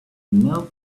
knelt